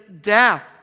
death